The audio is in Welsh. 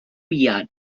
buan